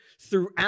throughout